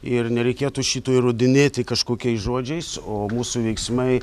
ir nereikėtų šito įrodinėti kažkokiais žodžiais o mūsų veiksmai